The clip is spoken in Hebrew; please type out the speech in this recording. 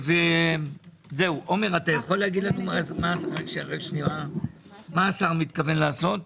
עומר, בבקשה, מה השר מתכוון לעשות?